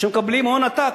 שמקבלים הון עתק.